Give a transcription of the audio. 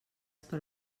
per